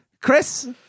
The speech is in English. Chris